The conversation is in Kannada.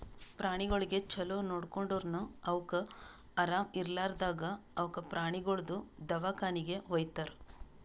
ಪ್ರಾಣಿಗೊಳಿಗ್ ಛಲೋ ನೋಡ್ಕೊಂಡುರನು ಅವುಕ್ ಆರಾಮ ಇರ್ಲಾರ್ದಾಗ್ ಅವುಕ ಪ್ರಾಣಿಗೊಳ್ದು ದವಾಖಾನಿಗಿ ವೈತಾರ್